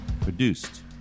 Produced